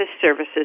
services